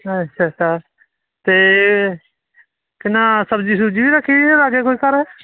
अच्छा अच्छा ते केह् नां सब्ज़ी बी रक्खी दे के घर